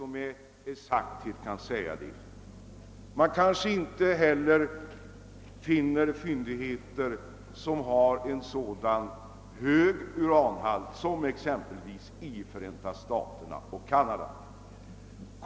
Man kanske inte heller finner några fyndigheter som har en så hög uranhalt som den vilken påträffas exempelvis i Förenta staterna och i Kanada.